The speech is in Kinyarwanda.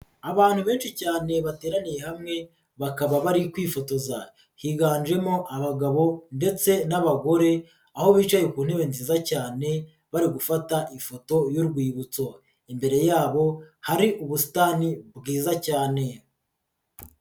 Abantu benshi cyane bateraniye hamwe bakaba bari kwifotoza, higanjemo abagabo ndetse n'abagore, aho bicaye ku ntebe nziza cyane bari gufata ifoto y'urwibutso, imbere yabo hari ubusitani bwiza cyane.